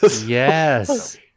yes